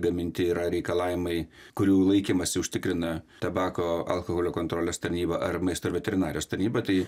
gaminti yra reikalavimai kurių laikymąsi užtikrina tabako alkoholio kontrolės tarnyba ar maisto ir veterinarijos tarnyba tai